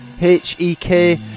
H-E-K